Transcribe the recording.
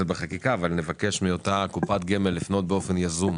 זה בחקיקה מאותה קופת גמל לפנות באופן יזום